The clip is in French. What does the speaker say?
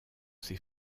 ses